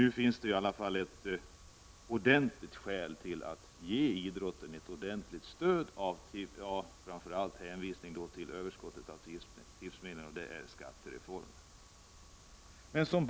Nu finns det ett verkligt skäl att ge idrotten ett ordentligt stöd, framför allt med hänvisning till överskottet av tipsmedlen, och det skälet är naturligtvis skattereformen.